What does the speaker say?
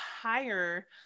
higher